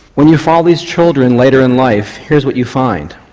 when you followed these children later in life here's what you find.